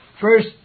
First